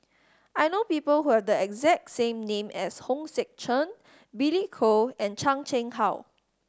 I know people who have the exact name as Hong Sek Chern Billy Koh and Chan Chang How